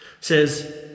says